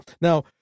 Now